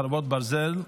חרבות ברזל)